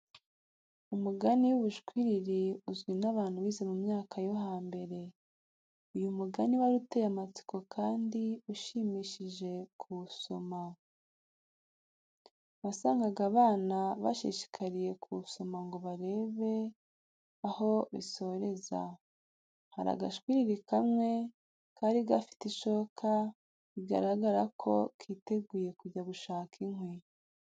Umugani w'ubushwiriri uzwi n'abantu bize mu myaka yo hambere. Uyu mugani wari uteye amatsiko kandi ushimishije kuwusoma. Wasangaga abana bashishikariye kuwusoma ngo barebe aho bisoreza. Hari agashwiriri kamwe kari gafite ishoka bigaragaza ko kiteguye kujya gushaka inkwi.